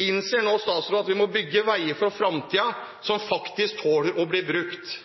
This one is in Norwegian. Innser nå statsråden at vi må bygge veier for fremtiden, veier som faktisk tåler å bli brukt?